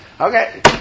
Okay